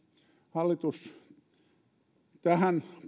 hallitus on tähän